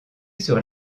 sur